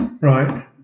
Right